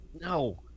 no